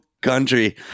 country